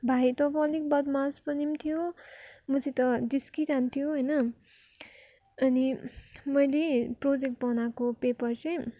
भाइ त अब अलिक बदमास पनि थियो मसित जिस्किरहन्थ्यो होइन अनि मैले प्रोजेक्ट बनाएको पेपर चाहिँ